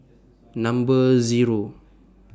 Number Zero